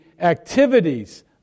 activities